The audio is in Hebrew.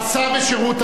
עשה בשירות המדינה.